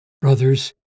brothers